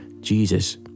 Jesus